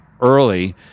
early